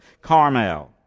Carmel